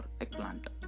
eggplant